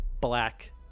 black